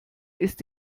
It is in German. ist